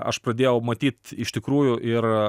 aš pradėjau matyt iš tikrųjų ir